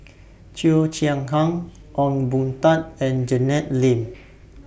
Cheo Chai Hiang Ong Boon Tat and Janet Lim